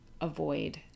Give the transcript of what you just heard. avoid